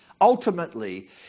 ultimately